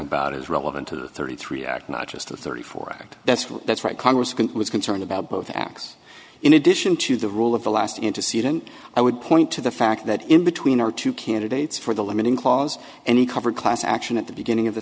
about is relevant to the thirty three act not just the thirty four act that's one that's right congress can was concerned about both acts in addition to the rule of the last intercede and i would point to the fact that in between our two candidates for the limiting clause and we cover class action at the beginning of the